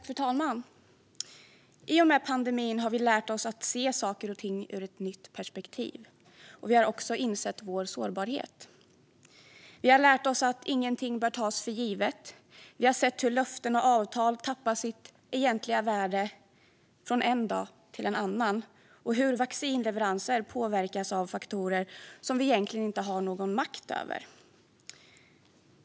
Fru talman! I och med pandemin har vi lärt oss att se saker och ting ur ett nytt perspektiv, och vi har också insett vår sårbarhet. Vi har lärt oss att ingenting bör tas för givet. Vi har sett hur löften och avtal tappat sitt egentliga värde från en dag till en annan och hur vaccinleveranser påverkats av faktorer som vi egentligen inte har någon makt över.